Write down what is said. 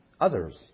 others